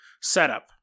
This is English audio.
setup